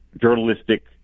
Journalistic